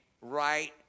right